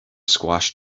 squashed